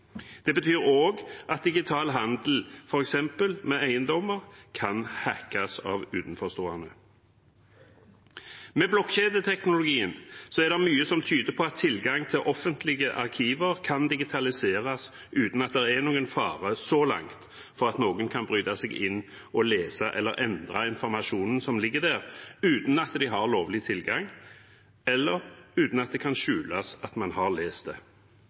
Det betyr også at f.eks. digital handel med eiendommer kan hackes av utenforstående. Med blokkjedeteknologien er det mye som tyder på at tilgang til offentlige arkiver kan digitaliseres uten at det – så langt – er noen fare for at noen kan bryte seg inn og lese eller endre informasjonen som ligger der, uten at de har lovlig tilgang, eller uten at det blir synlig at man har lest det.